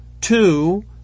Two